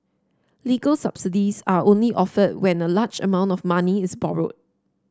legal subsidies are only offered when a large amount of money is borrowed